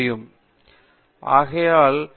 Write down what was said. பேராசிரியர் பிரதாப் ஹரிதாஸ் சரி